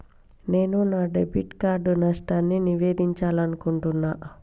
నేను నా debit card నష్టాన్ని నివేదించాలనుకుంటున్నా